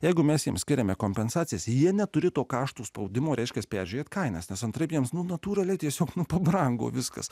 jeigu mes jiems skiriame kompensacijas jie neturi to karšto spaudimo reiškiasi peržiūrėti kainas nes antraip jiems natūraliai tiesiog nu pabrango viskas